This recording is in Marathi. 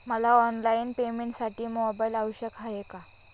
मला ऑनलाईन पेमेंटसाठी मोबाईल आवश्यक आहे का?